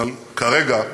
אבל כרגע,